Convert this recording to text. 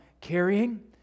carrying